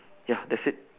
ya that's it